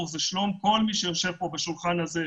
ושלום כל מי שיושב כאן ליד השולחן הזה.